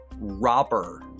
robber